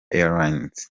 airlines